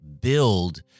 build